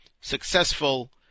successful